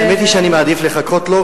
האמת היא שאני מעדיף לחכות לו,